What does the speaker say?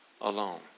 alone